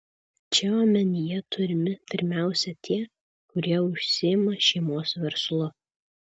čia omenyje turimi pirmiausia tie kurie užsiima šeimos verslu